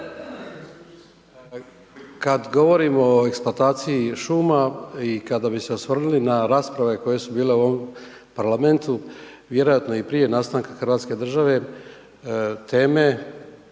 kad govorimo o eksploataciji šuma i kada bi se osvrnuli na rasprave koje su bile u ovom parlamentu, vjerojatno i prije nastanka hrvatske države, teme